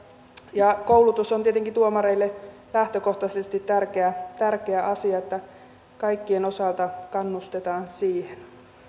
ja koulutus on tietenkin tuomareille lähtökohtaisesti tärkeä tärkeä asia että kaikkien osalta kannustetaan siihen